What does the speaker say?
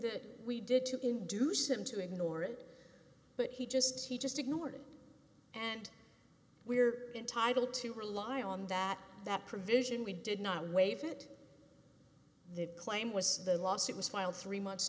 that we did to induce him to ignore it but he just he just ignored it and we're entitled to rely on that that provision we did not waive it the claim was the lawsuit was filed three months